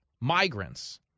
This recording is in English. Migrants